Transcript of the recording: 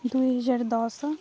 ଦୁଇହଜାର ଦଶ